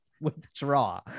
withdraw